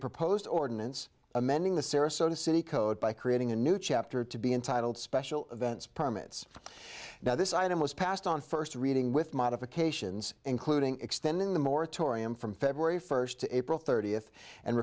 proposed ordinance amending the sarasota city code by creating a new chapter to be entitled special events permits now this item was passed on first reading with modifications including extending the moratorium from february first to april thirtieth and